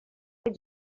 did